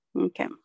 Okay